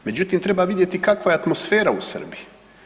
Međutim treba vidjeti kakva je atmosfera u Srbiji.